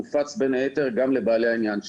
הופץ בין היתר גם לבעלי העניין שלנו.